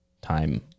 time